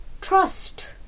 trust